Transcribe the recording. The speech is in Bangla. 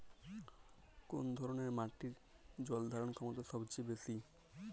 কোন ধরণের মাটির জল ধারণ ক্ষমতা সবচেয়ে বেশি?